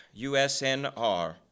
USNR